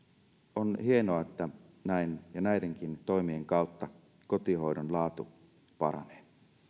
on hienoa että näidenkin toimien kautta kotihoidon laatu paranee